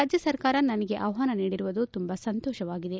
ರಾಜ್ಯ ಸರ್ಕಾರ ನನಗೆ ಆಹ್ವಾನ ನೀಡಿರುವುದು ತುಂಬಾ ಸಂತೋಷವಾಗಿದೆ